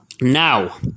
Now